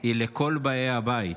היא לכל באי הבית,